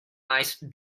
ice